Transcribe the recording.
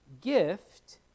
gift